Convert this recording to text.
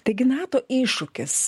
taigi nato iššūkis